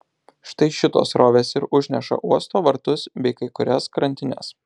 štai šitos srovės ir užneša uosto vartus bei kai kurias krantines